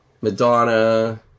Madonna